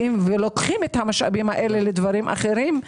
באים ולוקחים אותם לדברים אחרים?